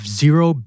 zero